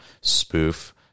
spoof